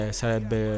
sarebbe